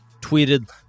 tweeted